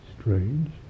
Strange